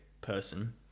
person